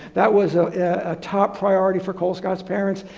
that was a ah top priority for colescott's parents.